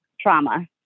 trauma